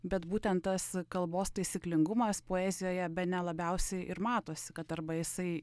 bet būtent tas kalbos taisyklingumas poezijoje bene labiausiai ir matosi kad arba jisai